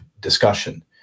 discussion